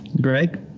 Greg